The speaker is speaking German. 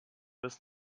bis